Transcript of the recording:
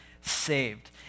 saved